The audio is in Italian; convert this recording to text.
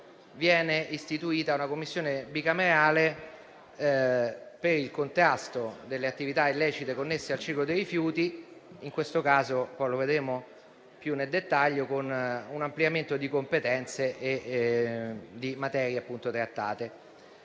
viene istituita una Commissione bicamerale per il contrasto delle attività illecite connesse al ciclo dei rifiuti, in questo caso con un ampliamento di competenze e di materie trattate